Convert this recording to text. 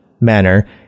manner